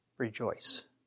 rejoice